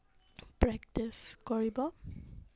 practice কৰিব